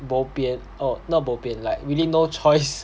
bopian orh not bopian like really no choice